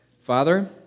Father